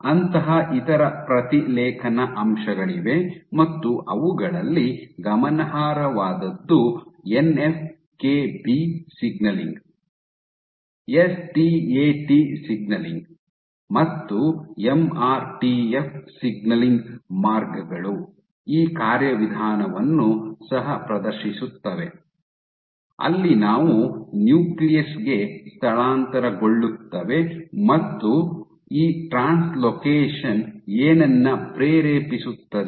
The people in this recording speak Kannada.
ಅಂತಹ ಇತರ ಪ್ರತಿಲೇಖನ ಅಂಶಗಳಿವೆ ಮತ್ತು ಅವುಗಳಲ್ಲಿ ಗಮನಾರ್ಹವಾದದ್ದು NF KB signalling STAT signalling ಮತ್ತು ಎಂಆರ್ಟಿಎಫ್ ಸಿಗ್ನಲಿಂಗ್ ಮಾರ್ಗಗಳು ಈ ಕಾರ್ಯವಿಧಾನವನ್ನು ಸಹ ಪ್ರದರ್ಶಿಸುತ್ತವೆ ಅಲ್ಲಿ ಅವು ನ್ಯೂಕ್ಲಿಯಸ್ ಗೆ ಸ್ಥಳಾಂತರಗೊಳ್ಳುತ್ತವೆ ಮತ್ತು ಈ ಟ್ರಾನ್ಸ್ಲೋಕೇಶನ್ ಏನನ್ನ ಪ್ರೇರೇಪಿಸುತ್ತದೆ